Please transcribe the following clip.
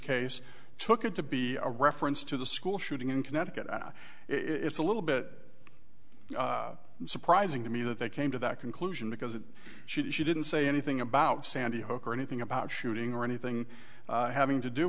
case took it to be a reference to the school shooting in connecticut and it's a little bit surprising to me that they came to that conclusion because it she didn't say anything about sandy hook or anything about shooting or anything having to do